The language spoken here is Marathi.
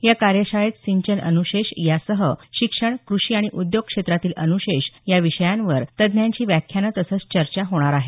या कार्यशाळेत सिंचन अनुशेष यासह शिक्षण कृषी आणि उद्योग क्षेत्रातील अनुशेष या विषयांवर तज्ञांची व्याख्यानं तसंच चर्चा होणार आहेत